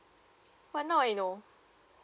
ah now I know